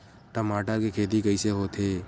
टमाटर के खेती कइसे होथे?